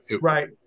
right